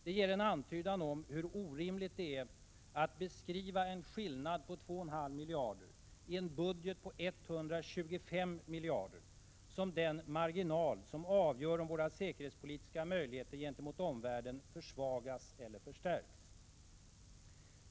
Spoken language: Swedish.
Det ger en antydan om hur orimligt det är att beskriva en skillnad på 2,5 miljarder i en budget på 125 miljarder, som den marginal som avgör om våra säkerhetspolitiska möjligheter gentemot omvärlden försvagas eller förstärks.